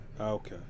Okay